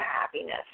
happiness